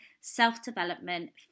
self-development